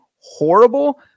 horrible